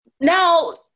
now